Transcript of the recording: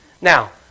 Now